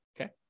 okay